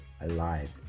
alive